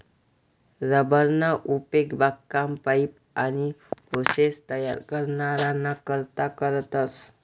rubber ना उपेग बागकाम, पाइप, आनी होसेस तयार कराना करता करतस